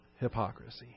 hypocrisy